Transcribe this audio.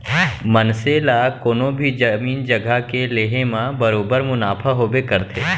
मनसे ला कोनों भी जमीन जघा के लेहे म बरोबर मुनाफा होबे करथे